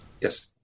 Yes